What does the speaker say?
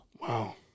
Wow